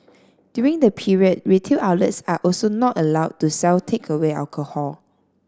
during the period retail outlets are also not allowed to sell takeaway alcohol